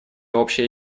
общее